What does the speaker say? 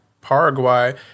Paraguay